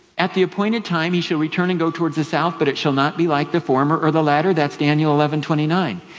at the appointed time he shall return and go toward the south but it shall not be like the former the latter. that's daniel eleven twenty nine.